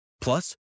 Plus